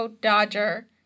Dodger